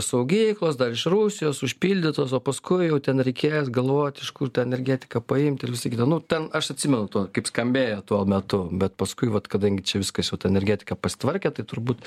saugyklos dar iš rusijos užpildytos o paskui jau ten reikės galvot iš kur tą energetiką paimt ir visa kita nu ten aš atsimenu tuo kaip skambėjo tuo metu bet paskui vat kadangi čia viskas jau ta energetika pasitvarkė tai turbūt